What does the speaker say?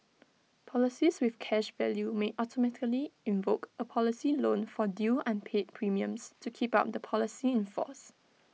policies with cash value may automatically invoke A policy loan for due unpaid premiums to keep on the policy in force